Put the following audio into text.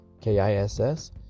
K-I-S-S